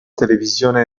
televisione